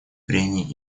прений